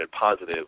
positive